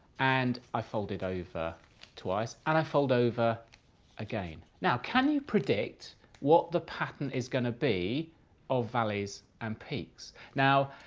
and i fold it twice, and i fold over again. now, can you predict what the pattern is going to be of valleys and peaks? now,